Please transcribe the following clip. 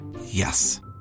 Yes